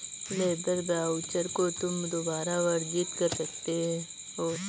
labour voucher को तुम दोबारा अर्जित कर सकते हो